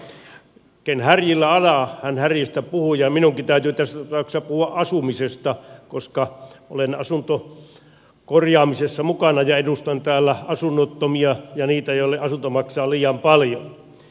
yleensä ken härjillä ajaa hän härjistä puhuu ja minunkin täytyy tässä tapauksessa puhua asumisesta koska olen asuntokorjaamisessa mukana ja edustan täällä asunnottomia ja niitä joille asunto maksaa liian paljon